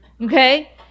okay